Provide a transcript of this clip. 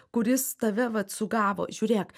kuris tave vat sugavo žiūrėk